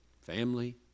Family